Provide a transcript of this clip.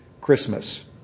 Christmas